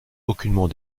aucunement